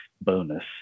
bonus